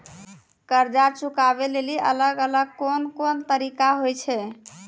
कर्जा चुकाबै लेली अलग अलग कोन कोन तरिका होय छै?